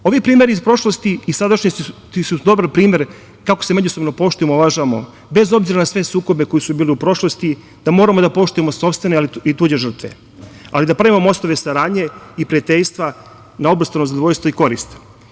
Ovi primeri iz prošlosti i sadašnjosti su dobar primer kako se međusobno poštujemo i uvažavamo, bez obzira na sve sukobe koji su bili u prošlosti, da moramo da poštujemo sopstvene ali i tuđe žrtve, da pravimo mostove saradnje i prijateljstva na obostrano zadovoljstvo i korist.